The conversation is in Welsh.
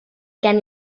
gen